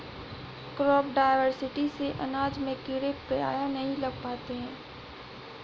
crop diversity से अनाज में कीड़े प्रायः नहीं लग पाते हैं